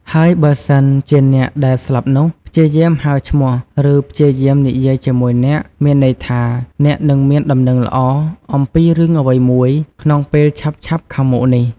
ហើយបើសិន ជាអ្នកដែលស្លាប់នោះ ព្យាយាមហៅឈ្មោះ ឬព្យាយាមនិយាយជាមួយអ្នក មានន័យថា អ្នកនឹងមានដំណឹងល្អ អំពីរឿងអ្វីមួយ ក្នុងពេលឆាប់ៗខាងមុខនេះ។